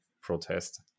protest